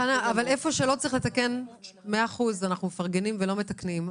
איפה שלא צריך לתקן אנחנו מפרגנים ולא מתקנים.